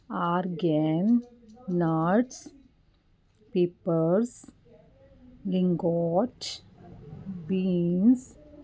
ਆਰਗੈਨ nuts ਪੀਪਲਸ ਬੀਨਗੋਟ beans